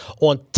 on